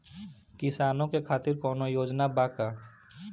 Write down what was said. किसानों के खातिर कौनो योजना बा का?